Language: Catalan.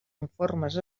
informes